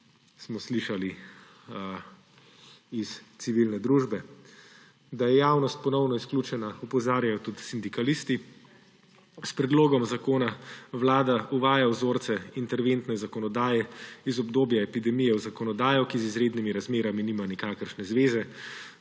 smo slišali iz civilne družbe. Da je javnost ponovno izključena, opozarjajo tudi sindikalisti. S predlogom zakona vlada uvaja vzorce interventne zakonodaje iz obdobja epidemije v zakonodajo, ki z izrednimi razmerami nima nikakršne zveze,